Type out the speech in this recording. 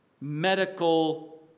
medical